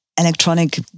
electronic